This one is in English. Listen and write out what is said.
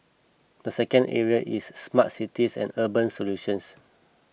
the second area is smart cities and urban solutions